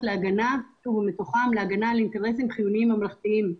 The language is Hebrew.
להגנה על אינטרסים חיוניים ממלכתיים,